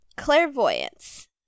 clairvoyance